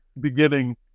beginning